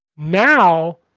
Now